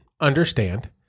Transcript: understand